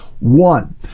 One